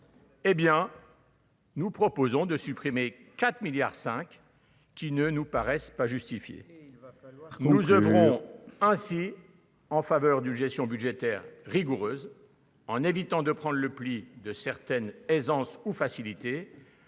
Hé bien. Nous proposons de supprimer 4 milliards 5 qui ne nous paraissent pas justifiés, nous oeuvrons assis en faveur d'une gestion budgétaire rigoureuse en évitant de prendre le pli de certaine aisance ou faciliter